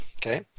Okay